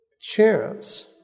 chance